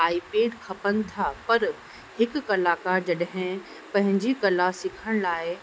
I paid खपनि था पर हिकु कलाकार जॾहिं पंहिंजी कला सिखण लाइ